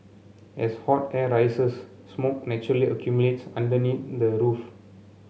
as hot air rises smoke naturally accumulates underneath the roof